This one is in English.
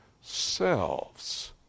selves